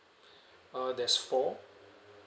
uh that's four